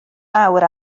fawr